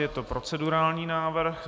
Je to procedurální návrh.